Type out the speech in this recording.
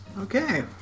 Okay